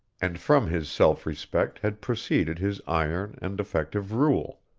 and from his self-respect had proceeded his iron and effective rule.